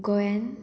गोंयान